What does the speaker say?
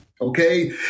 Okay